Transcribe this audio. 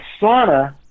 sauna